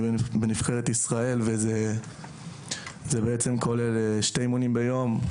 אני חבר בנבחרת ישראל וזה כולל שני אימונים ביום,